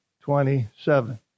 twenty-seven